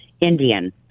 Indian